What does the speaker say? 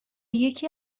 یکی